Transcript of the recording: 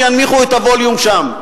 שינמיכו את הווליום שם.